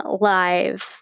live